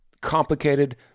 complicated